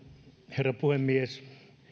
herra puhemies